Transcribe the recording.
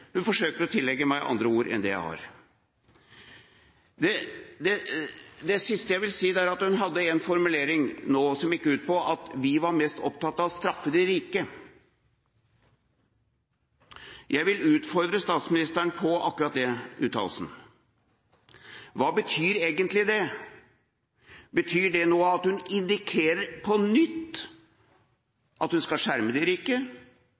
hun altså ikke, hun forsøker å tillegge meg andre ord enn dem jeg har. Det siste jeg vil si, er at hun nå hadde en formulering som gikk ut på at vi var mest opptatt av å straffe de rike. Jeg vil utfordre statsministeren på akkurat den uttalelsen. Hva betyr egentlig det? Betyr det at hun nå indikerer – på nytt – at hun skal skjerme de rike,